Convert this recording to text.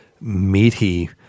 meaty